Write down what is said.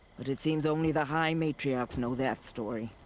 but it seems only the high matriarchs know that story.